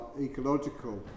ecological